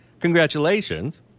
Congratulations